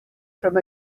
from